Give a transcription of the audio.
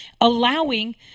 allowing